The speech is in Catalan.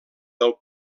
del